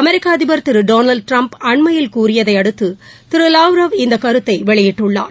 அமெரிக்க அதிபர் திரு Donald Trump அண்மையில் கூறியதையடுத்து திரு லவ்ரவ் இந்த கருத்தை வெளியிட்டுள்ளார்